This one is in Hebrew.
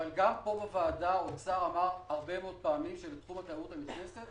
גם פה בוועדה האוצר אמר הרבה מאוד פעמים שבתחום התיירות הנכנסת